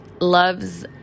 loves